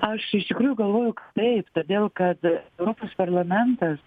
aš iš tikrųjų galvoju taip todėl kad europos parlamentas